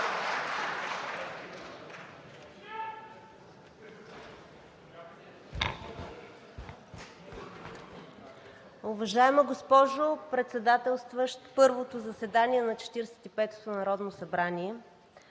Уважаема госпожо Председателстващ първото заседание на 45-ото народно събрание,